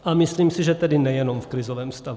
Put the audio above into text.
A myslím si, že tedy nejenom v krizovém stavu.